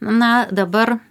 na dabar